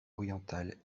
orientale